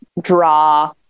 draw